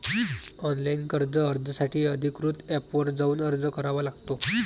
online कर्ज अर्जासाठी अधिकृत एपवर जाऊन अर्ज करावा लागतो